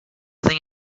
thing